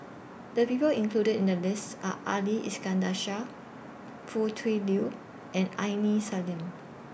The People included in The list Are Ali Iskandar Shah Foo Tui Liew and Aini Salim